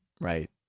Right